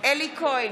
אלי כהן,